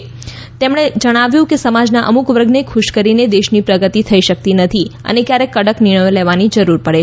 સુ શ્રી લેખીએ જણાવ્યું કે સમાજના અમુક વર્ગને ખુશ કરીને દેશની પ્રગતિ થઈ શકતી નથી અને ક્યારેક કડક નિર્ણયો લેવાની જરૂર પડે છે